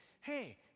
Hey